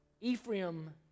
Ephraim